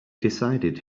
decided